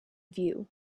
view